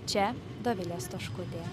čia dovilė stoškutė